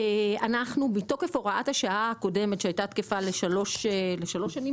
מתוקף הוראת השעה הקודמת שהייתה תקפה לשלוש שנים